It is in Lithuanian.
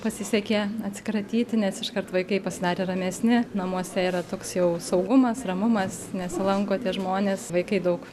pasisekė atsikratyti nes iškart vaikai pasidarė ramesni namuose yra toks jau saugumas ramumas nesilanko tie žmonės vaikai daug